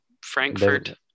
frankfurt